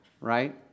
right